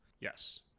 yes